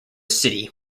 city